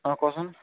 অ ক'চোন